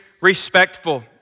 respectful